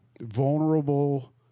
vulnerable